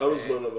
לכמה זמן?